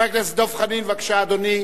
חבר הכנסת דב חנין, בבקשה, אדוני.